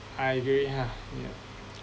I agree yeah